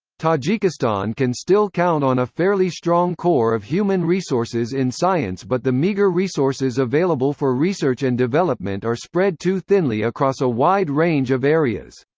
tajikistan can still count on a fairly strong core of human resources in science but the meagre resources available for research and development are spread too thinly across a wide range of areas.